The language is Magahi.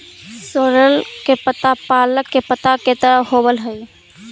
सोरल के पत्ता पालक के पत्ता के तरह होवऽ हई